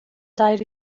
dair